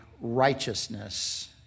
righteousness